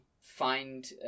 find